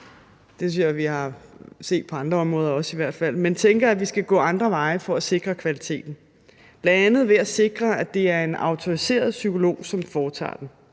hvert fald også vi har set på andre områder, men jeg tænker, at vi skal gå andre veje for at sikre kvaliteten, bl.a. ved at sikre, at det er en autoriseret psykolog, som foretager den.